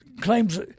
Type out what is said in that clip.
claims